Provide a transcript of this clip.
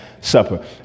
supper